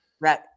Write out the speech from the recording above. Right